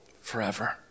forever